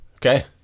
Okay